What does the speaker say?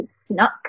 snuck